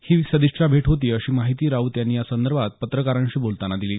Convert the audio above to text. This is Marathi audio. ही सदिच्छा भेट होती अशी माहिती राऊत यांनी या संदर्भात पत्रकारांशी बोलताना दिली